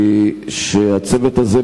שהצוות הזה,